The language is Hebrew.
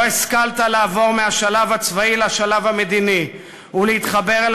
לא השכלת לעבור מהשלב הצבאי לשלב המדיני ולהתחבר אל